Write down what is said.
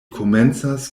komencas